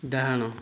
ଡାହାଣ